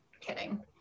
kidding